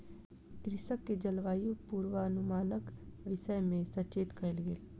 कृषक के जलवायु पूर्वानुमानक विषय में सचेत कयल गेल